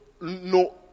no